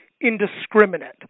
indiscriminate